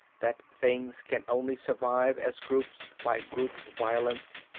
that things can only survive as groups by group violence.